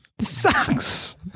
sucks